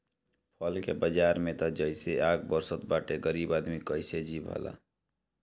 फल के बाजार में त जइसे आग बरसत बाटे गरीब आदमी कइसे जी भला